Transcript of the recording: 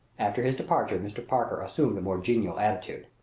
after his departure mr. parker assumed a more genial attitude.